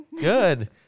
Good